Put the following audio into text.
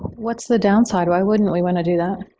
what's the downside? why wouldn't we want to do that?